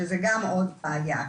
שזו גם עוד בעיה.